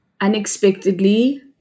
unexpectedly